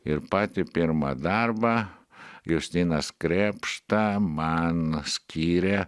ir patį pirmą darbą justinas krėpšta man skyrė